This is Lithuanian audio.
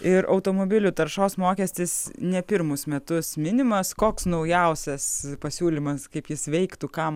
ir automobilių taršos mokestis ne pirmus metus minimas koks naujausias pasiūlymas kaip jis veiktų kam